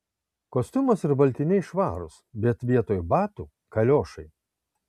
kostiumas ir baltiniai švarūs bet vietoj batų kaliošai